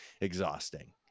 exhausting